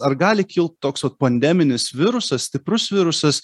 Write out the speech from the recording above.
ar gali kilt toks vat pandeminis virusas stiprus virusas